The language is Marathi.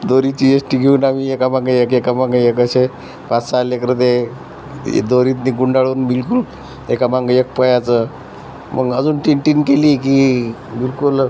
दोरीची येश्टी घेऊन आम्ही एका मागे एक एका मागे एक असे पाच सहा लेकरं ते दोरीतून गुंडाळून बिलकुल एका मागं एक पळायचं मग अजून टिन टिन केली की बिलकुल